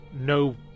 no